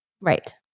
right